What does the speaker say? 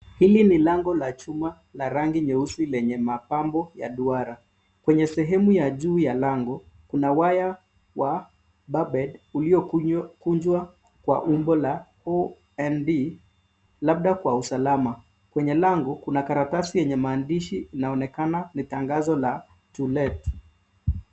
Hili ni lango la chuma la rangi nyeusi lenye mapambo ya duara, kwenye sehemu ya juu ya lango kuna waya wa pepet uliokunjwa kwa umbo la OND labda kwa usalama, kwenye lango kuna karatasi enye maandishi inaonekana ni tangazo la to let .